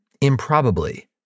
improbably